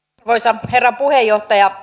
arvoisa herra puheenjohtaja